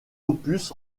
opus